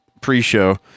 pre-show